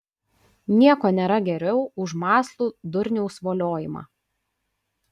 nieko nėra geriau už mąslų durniaus voliojimą